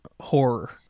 horror